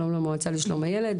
שלום למועצה לשלום הילד,